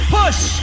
push